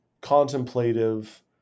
contemplative